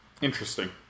Interesting